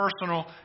personal